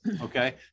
Okay